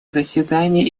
заседаний